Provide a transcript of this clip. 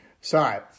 Sorry